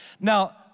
Now